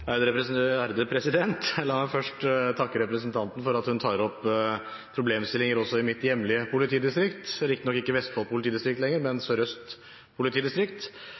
La meg først takke representanten for at hun tar opp problemstillinger også i mitt hjemlige politidistrikt – riktignok ikke Vestfold politidistrikt lenger, men Sør-Øst politidistrikt.